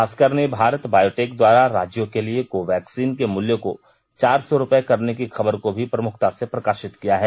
भास्कर ने भारत बायोटेक द्वारा राज्यों के लिए कोवैक्सिन के मूल्य को चार सौ रूप्ये करने की खबर को भी प्रमुखता से प्रकाषित किया है